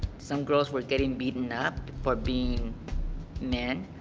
some girls were getting beaten up for being men.